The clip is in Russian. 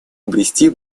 обрести